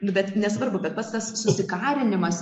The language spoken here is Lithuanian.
bet nesvarbu bet pats tas susikarinimas